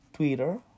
Twitter